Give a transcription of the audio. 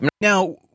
Now